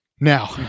Now